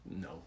No